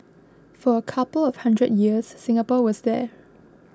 for a couple of hundred years Singapore was there